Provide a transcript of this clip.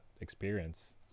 experience